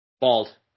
Bald